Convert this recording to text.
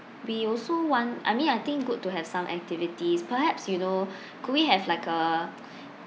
we also want I mean I think good to have some activities perhaps you know could we have like a